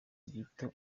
gito